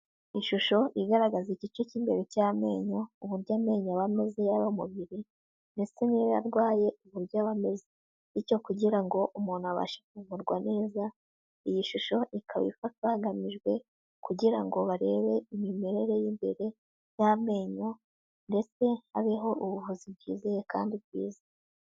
Ishusho igaragaza igice cy'imbere cy'amenyo uburyo amenyo aba ameze yaba mu mubiri, ndetse n'iyo arwaye uburyo aba ameze, bityo kugira ngo umuntu abashe kuvurwa neza, iyi shusho ikaba ifatwa hagamijwe kugira ngo barebe imimerere y'imbere y'amenyo, ndetse habeho ubuvuzi bwizewe kandi bwiza.